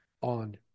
on